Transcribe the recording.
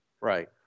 right